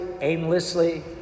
aimlessly